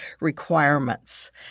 requirements